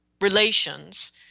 relations